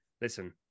listen